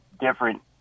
different